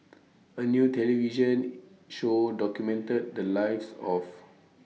A New television Show documented The Lives of